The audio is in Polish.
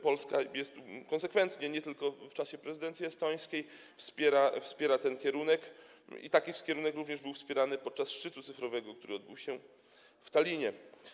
Polska konsekwentnie, nie tylko w czasie prezydencji estońskiej, wspiera ten kierunek i taki kierunek również był wspierany podczas szczytu cyfrowego, który odbył się w Tallinie.